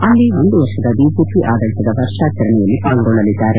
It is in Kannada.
ಅಲ್ಲಿ ಒಂದು ವರ್ಷದ ಬಿಜೆಪಿ ಆಡಳಿತದ ವರ್ಷಾಚರಣೆಯಲ್ಲಿ ಪಾಲ್ಗೊಳ್ಳಲಿದ್ದಾರೆ